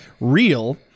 real